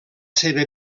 seva